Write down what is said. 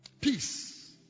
Peace